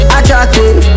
Attractive